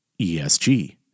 ESG